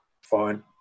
fine